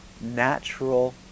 natural